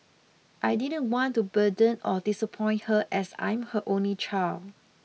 I didn't want to burden or disappoint her as I'm her only child